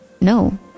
No